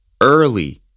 early